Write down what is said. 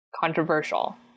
controversial